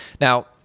Now